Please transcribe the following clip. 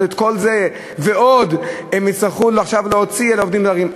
את כל זה ועוד הם יצטרכו עכשיו להוציא על עובדים זרים.